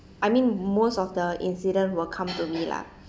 I mean most of the incident will come to me lah